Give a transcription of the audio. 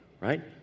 Right